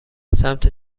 سمت